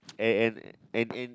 and and and and